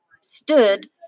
stood